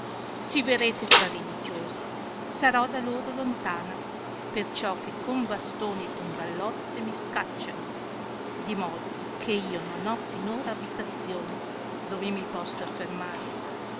si verrete tra religiosi sarò da loro lontana perciò che con bastoni e con gallozze mi scacciano di modo ch'io non ho finora abitazione dove mi possa fermare